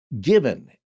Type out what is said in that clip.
given